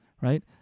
right